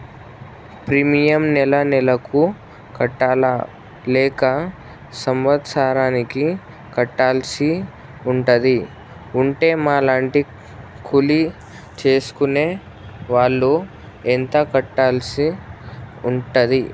Premium నెల నెలకు కట్టాలా లేక సంవత్సరానికి కట్టాల్సి ఉంటదా? ఉంటే మా లాంటి కూలి చేసుకునే వాళ్లు ఎంత కట్టాల్సి ఉంటది?